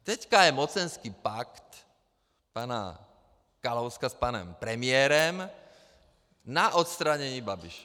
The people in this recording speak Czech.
Teď je mocenský pakt pana Kalouska s panem premiérem na odstranění Babiše.